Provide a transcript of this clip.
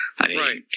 right